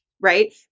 right